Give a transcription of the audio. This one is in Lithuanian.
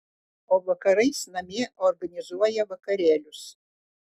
o vakarais namie organizuoja vakarėlius